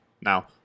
now